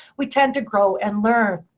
we tend to grow and learn.